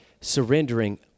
surrendering